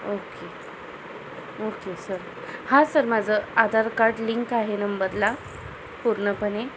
okay okay sir हां sir माझं Aadhaar card link आहे नंबरला पूर्णपणे